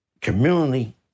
Community